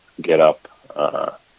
get-up